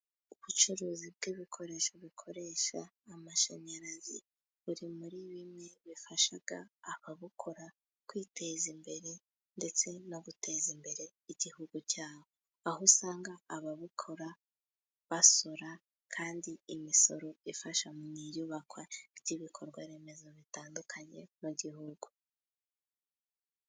Ubucuruzi bw'ibikoresho bikoresha amashanyarazi, buri muri bimwe bifasha ababukora kwiteza imbere, ndetse no guteza imbere igihugu cyabo. Aho usanga ababukora basora, kandi imisoro ifasha mu iyubakwa ry'ibikorwaremezo bitandukanye mu gihugu.